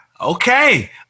Okay